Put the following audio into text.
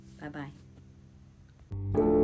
bye-bye